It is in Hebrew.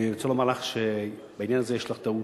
אני רוצה לומר שבעניין הזה יש לך טעות.